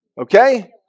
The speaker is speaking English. Okay